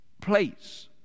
place